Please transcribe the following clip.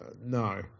No